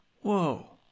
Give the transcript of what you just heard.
whoa